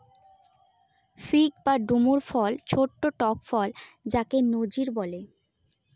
fig বা ডুমুর ফল ছোট্ট টক ফল যাকে নজির বলে